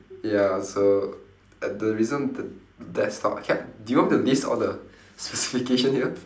ya so at the reason the desktop can do you want me to list all the specification here